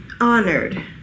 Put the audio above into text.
honored